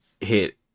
hit